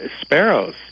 sparrows